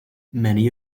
many